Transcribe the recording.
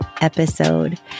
episode